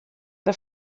but